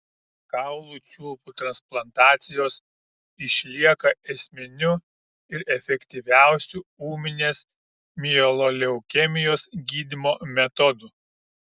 kaulų čiulpų transplantacijos išlieka esminiu ir efektyviausiu ūminės mieloleukemijos gydymo metodu